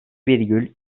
virgül